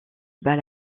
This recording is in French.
bat